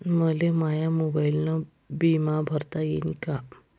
मले माया मोबाईलनं बिमा भरता येईन का?